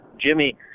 Jimmy